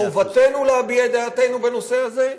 חובתנו להביע את דעתנו בנושא הזה,